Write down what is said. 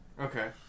okay